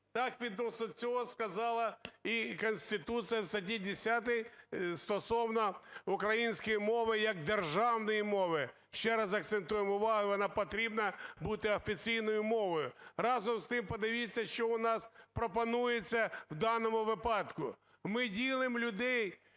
Так відносно цього сказала і Конституція в статті 10 стосовно української мови як державної мови, ще раз акцентуємо увагу, вона потрібна бути офіційною мовою. Разом з тим, подивіться, що у нас пропонується в даному випадку. Ми ділимо людей